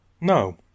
No